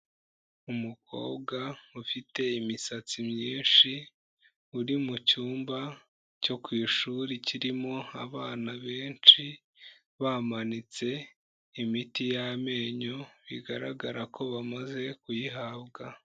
Umukobwa ufite imisatsi myinshi, uri mu cyumba cyo ku ishuri kirimo abana benshi, bamanitse imiti y'amenyo bigaragara ko bamaze kuyihabwa.